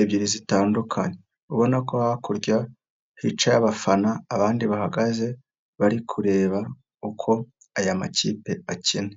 ebyiri zitandukanye ubona ko hakurya hicaye abafana abandi bahagaze bari kureba uko aya makipe akina.